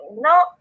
No